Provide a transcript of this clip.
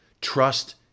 Trust